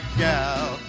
gal